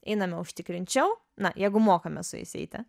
einame užtikrinčiau na jeigu mokame su jais eiti